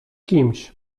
kimś